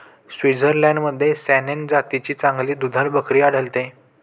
स्वित्झर्लंडमध्ये सॅनेन जातीची चांगली दुधाळ बकरी आढळते